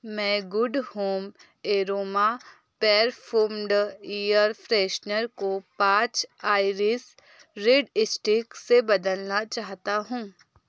मैं good home aroma perfumed air freshener को पाँच आइरिस रिड स्टिक्स से बदलना चाहता हूँ